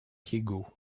diego